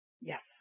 Yes